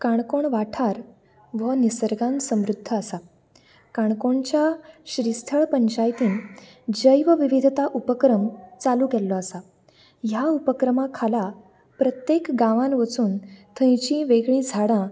काणकोण वाठार हो निसर्गान समृध्द आसा काणकोणच्या श्रीस्थळ पंचायतीन जैव विवीधता उपक्रम चालू केल्लो आसा ह्या उपक्रमा खाला प्रत्येक गांवांत वचून थंयची वेगळीं झाडां